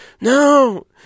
No